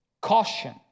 caution